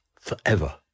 forever